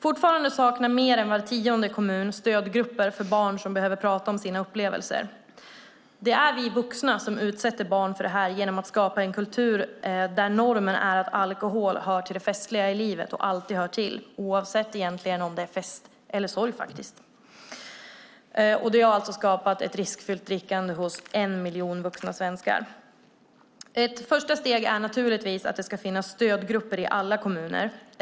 Fortfarande saknar mer än var tionde kommun stödgrupper för barn som behöver prata om sina upplevelser. Det är vi vuxna som utsätter barnen för detta genom att skapa en kultur där normen är att alkohol hör till det festliga i livet, att det alltid hör till, oavsett om det är fest eller för den delen sorg. Det har skapat ett riskfyllt drickande hos en miljon vuxna svenskar. Ett första steg är naturligtvis att det ska finnas stödgrupper i alla kommuner.